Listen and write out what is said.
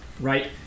Right